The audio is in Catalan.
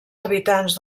habitants